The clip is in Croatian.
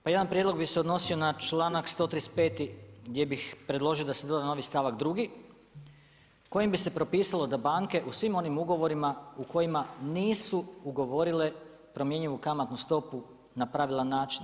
Pa jedan prijedlog bi se odnosio na čl.135. gdje bih preložio da se doda novi stavak 2, kojim bi se propisao da banke u svim onim ugovorima u kojima nisu ugovorile promjenjivu kamatnu stopu na pravilan način.